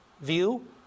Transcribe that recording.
view